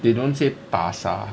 they don't say 巴刹